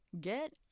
get